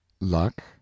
luck